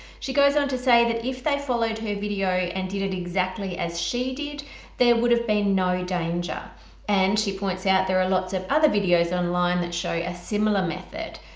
she goes on to say that if they followed her video and did it exactly as she did there would have been no danger and she points out there are lots of other videos online that show a similar method.